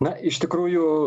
na iš tikrųjų